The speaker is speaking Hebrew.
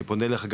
אני פונה אליך,